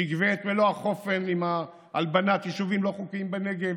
שיגבה את מלוא החופן עם הלבנת היישובים הלא-חוקיים בנגב,